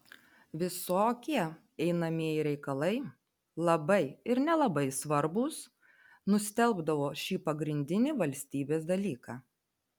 visokie einamieji reikalai labai ir nelabai svarbūs nustelbdavo šį pagrindinį valstybės dalyką